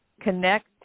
connect